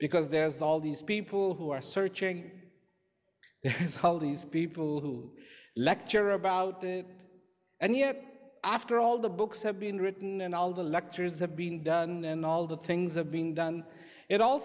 because there's all these people who are searching these people who lectures are about the and yet after all the books have been written and all the lectures have been done and all the things have been done it all